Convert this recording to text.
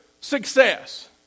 success